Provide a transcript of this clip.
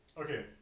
Okay